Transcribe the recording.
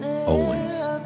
Owens